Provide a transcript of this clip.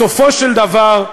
בסופו של דבר,